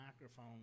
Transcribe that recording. microphone